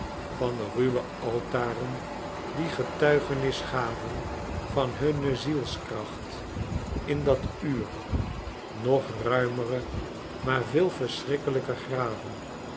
van de ruwe altaren die getuigenis gaven van hunne zielskracht in dat uur nog ruimere maar veel verschrikkelijker graven